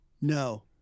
No